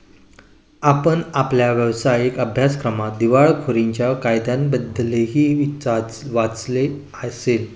आपण आपल्या व्यावसायिक अभ्यासक्रमात दिवाळखोरीच्या कायद्याबद्दलही वाचले असेल